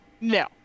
No